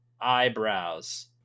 Eyebrows